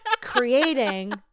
creating